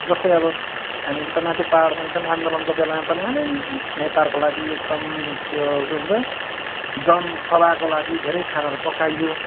जस्तै अब हामीले त पहाडमा एकदम आन्दोलनको बेलामा पनि आम्मै नेताहरूको लागि एकदम त्यो के भन्छ जनसभाको लागि धेरै खानाहरू पकाइयो